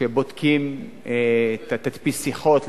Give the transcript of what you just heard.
בודקים את תדפיס השיחות,